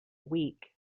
week